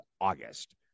August